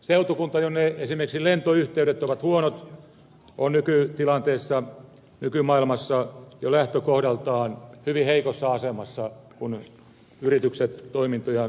seutukunta jonne esimerkiksi lentoyhteydet ovat huonot on nykytilanteessa nykymaailmassa jo lähtökohdaltaan hyvin heikossa asemassa kun yritykset toimintojaan suunnittelevat